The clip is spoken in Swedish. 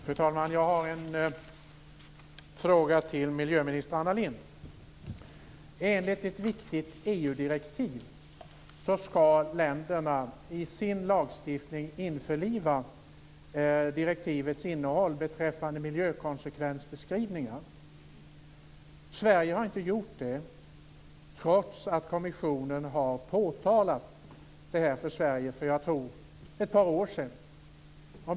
Fru talman! Jag har en fråga till miljöminister Anna Lindh. Enligt ett viktigt EU-direktiv skall länderna i sin lagstiftning införliva direktivets innehåll beträffande miljökonsekvensbeskrivningar. Sverige har inte gjort det, trots att kommissionen har påtalat detta för Sverige för ett par år sedan.